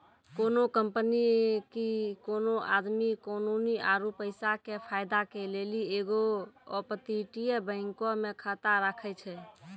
कोनो कंपनी आकि कोनो आदमी कानूनी आरु पैसा के फायदा के लेली एगो अपतटीय बैंको मे खाता राखै छै